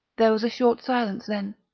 there was a short silence then,